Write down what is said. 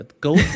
Go